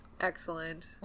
excellent